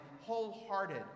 wholehearted